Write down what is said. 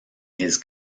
his